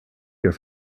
your